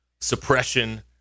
suppression